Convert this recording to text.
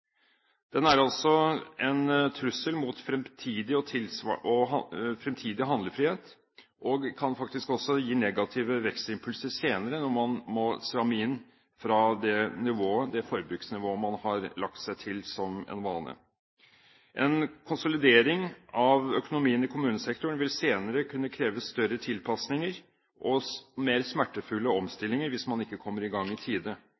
Den er også en trussel mot fremtidig handlefrihet og kan faktisk gi negative vekstimpulser senere når man må stramme inn fra det forbruksnivået man har lagt seg til som en vane. En konsolidering av økonomien i kommunesektoren vil senere kunne kreve større tilpasninger og mer smertefulle omstillinger hvis man ikke kommer i gang i tide.